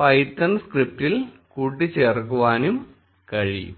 Python സ്ക്രിപ്റ്റിൽ കൂട്ടിച്ചേർക്കുവാനും കഴിയും